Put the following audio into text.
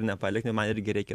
nepalik man irgi reikia